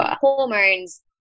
hormones